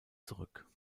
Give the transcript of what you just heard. zurück